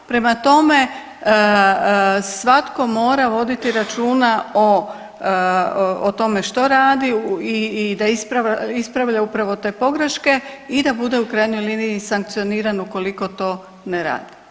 Prema tome, svatko mora voditi računa o, o tome što radi i da ispravlja upravo te pogreške i da bude u krajnjoj liniji sankcioniran ukoliko to ne radi.